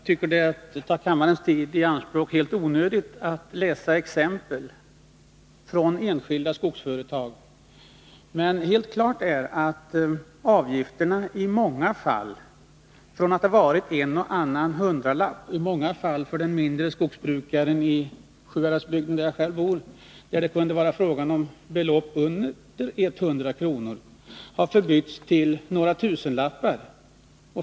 Det är att ta kammarens tid i anspråk i onödan att läsa upp exempel från enskilda skogsföretag, men i Sjuhäradsbygden, där jag själv bor, har avgiften i många fall höjts från mindre än 100 kr. till några tusenlappar.